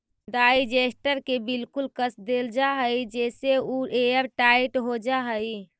digester के बिल्कुल कस देल जा हई जेसे उ एयरटाइट हो जा हई